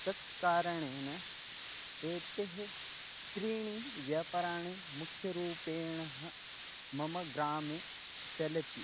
तत् कारणेन एते त्रीणि व्यापाराः मुख्यरूपेणः मम ग्रामे चलति